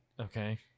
Okay